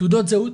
תעודות זהות.